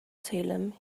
salem